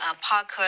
Parker